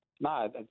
no